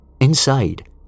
Inside